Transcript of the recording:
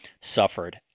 suffered